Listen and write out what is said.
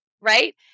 right